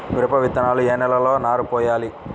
మిరప విత్తనాలు ఏ నెలలో నారు పోయాలి?